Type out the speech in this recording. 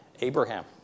Abraham